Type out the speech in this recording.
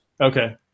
Okay